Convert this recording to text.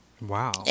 Wow